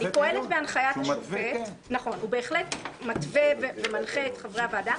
היא פועלת בהנחיית השופט שבהחלט מתווה ומנחה את חברי הוועדה,